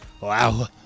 Wow